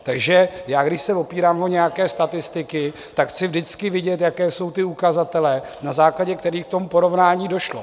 Takže když se opírám o nějaké statistiky, chci vždycky vidět, jaké jsou ty ukazatele, na základě kterých k porovnání došlo.